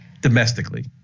domestically